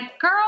girl